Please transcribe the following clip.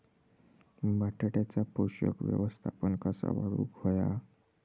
बटाट्याचा पोषक व्यवस्थापन कसा वाढवुक होया?